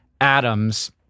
atoms